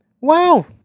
Wow